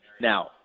Now